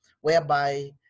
whereby